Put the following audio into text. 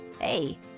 hey